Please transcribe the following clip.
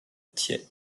thiais